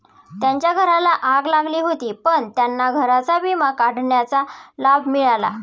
त्यांच्या घराला आग लागली होती पण त्यांना घराचा विमा काढण्याचा लाभ मिळाला